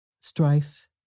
Strife